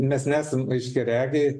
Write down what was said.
mes nesam aiškiaregiai